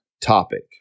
topic